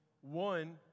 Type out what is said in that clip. One